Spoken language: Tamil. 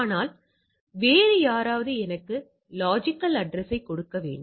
ஆனால் வேறு யாராவது எனக்கு லொஜிக்கல் அட்ரஸ்யை கொடுக்க வேண்டும்